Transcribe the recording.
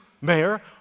Mayor